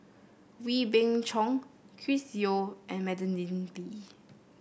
Wee Beng Chong Chris Yeo and Madeleine Lee